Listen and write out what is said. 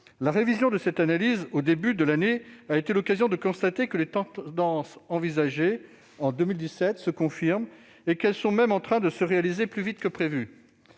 La révision de cette analyse, au début de l'année, a été l'occasion de constater que les tendances envisagées en 2017 se confirment et qu'elles sont même en train de se réaliser plus vite que prévu.